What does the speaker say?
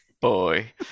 boy